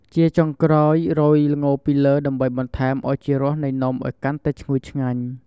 ជាចុងក្រោយ រោយល្ងពីលើ ដើម្បីបន្ថែមឱជារសនៃនំឱ្យកាន់តែឈ្ងុយឆ្ងាញ់។